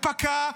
הוא פקע,